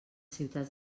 ciutats